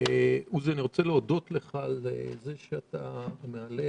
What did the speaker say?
עוזי, אני רוצה להודות לך על זה שאתה מראה